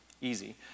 easy